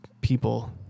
people